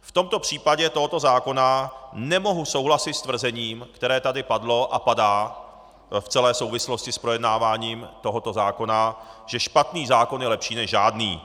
V případě tohoto zákona nemohu souhlasit s tvrzením, které tady padlo a padá v celé souvislosti s projednáváním tohoto zákona, že špatný zákon je lepší než žádný.